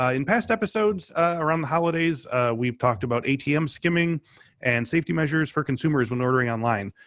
ah in past episodes around the holidays we've talked about atm skimming and safety measures for consumers when ordering online.